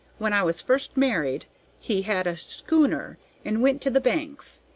when i was first married he had a schooner and went to the banks,